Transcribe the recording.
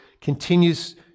continues